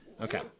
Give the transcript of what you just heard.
Okay